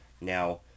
Now